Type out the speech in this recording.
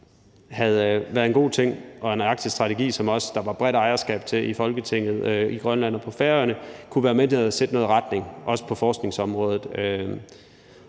det havde været en arktisk strategi, som der var bredt ejerskab til i Folketinget, i Grønland og på Færøerne. Det kunne have været med til at sætte en retning, også på forskningsområdet.